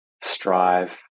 strive